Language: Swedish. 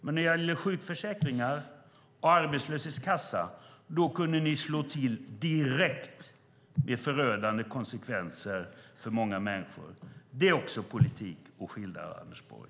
Men när det gällde sjukförsäkringen och arbetslöshetskassan kunde ni slå till direkt, med förödande konsekvenser för många människor. Det är också politik och skildrar Anders Borg.